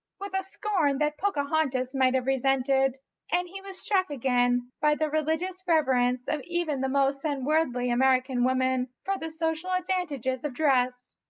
with a scorn that pocahontas might have resented and he was struck again by the religious reverence of even the most unworldly american women for the social advantages of dress.